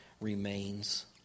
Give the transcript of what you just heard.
remains